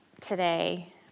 today